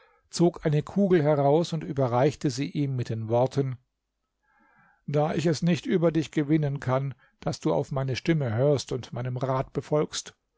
zog eine kugel heraus und überreichte sie ihm mit den worten da ich es nicht über dich gewinnen kann daß du auf meine stimme hörst und meinen rat befolgst